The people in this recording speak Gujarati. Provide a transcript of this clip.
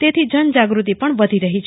તે થી જનજાગૃત્તિ પણ વધી રહી છે